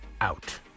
out